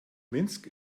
minsk